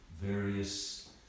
various